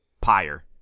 pyre